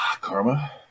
Karma